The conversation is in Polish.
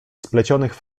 splecionych